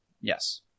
Yes